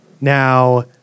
Now